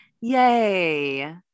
yay